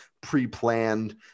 pre-planned